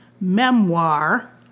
memoir